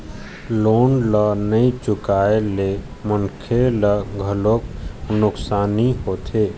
loan ल नइ चुकाए ले मनखे ल घलोक नुकसानी होथे